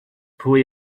pwy